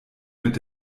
mit